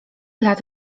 lat